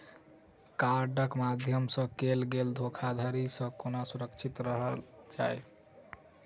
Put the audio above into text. कार्डक माध्यम सँ कैल गेल धोखाधड़ी सँ केना सुरक्षित रहल जाए?